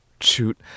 shoot